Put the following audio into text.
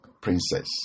Princess